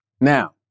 Now